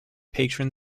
patron